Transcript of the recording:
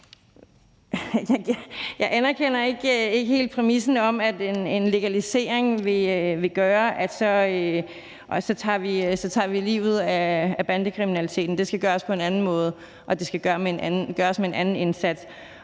Jeg anerkender ikke helt præmissen om, at en legalisering vil gøre, at så tager vi livet af bandekriminaliteten. Det skal gøres på en anden måde, og det skal gøres med en anden indsats.